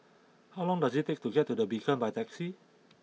how long does it take to get to The Beacon by taxi